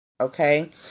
Okay